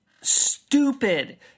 stupid